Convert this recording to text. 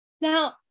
Now